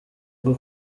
bwo